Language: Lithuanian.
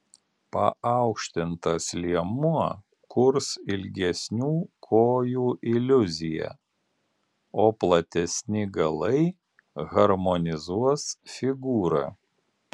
paaukštintas liemuo kurs ilgesnių kojų iliuziją o platesni galai harmonizuos figūrą